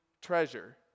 treasure